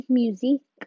music